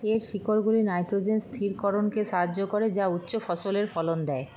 এর শিকড়গুলি নাইট্রোজেন স্থিরকরণকে সাহায্য করে যা উচ্চ ফসলের ফলন দেয়